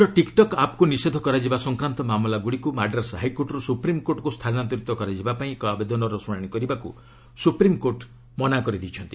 S TikTok ଚୀନ୍ର TikTok ଆପ୍କୁ ନିଷେଧ କରାଯିବା ସଂକ୍ରାନ୍ତ ମାମଲାଗୁଡ଼ିକୁ ମାଡ୍ରାସ୍ ହାଇକୋର୍ଟରୁ ସୁପ୍ରିମ୍କୋର୍ଟକୁ ସ୍ଥାନାନ୍ତରିତ କରାଯିବାପାଇଁ ଏକ ଆବେଦନର ଶୁଶାଣି କରିବାକୁ ସୁପ୍ରିମ୍କୋର୍ଟ ମନା କରିଦେଇଛନ୍ତି